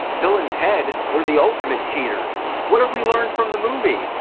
bill and ted were the ultimate cheaters. what have we learned from the movie?